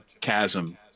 chasm